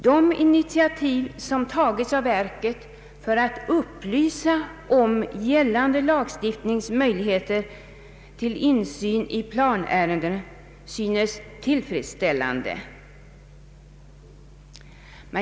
De initiativ som har tagits av verket för att upplysa om gällande lagstiftnings möjligheter till insyn i planärenden synes tillfredsställande.